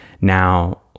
Now